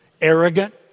arrogant